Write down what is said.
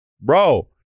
bro